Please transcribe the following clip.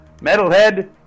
Metalhead